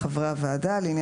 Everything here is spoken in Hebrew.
התרבות והספורט במגוון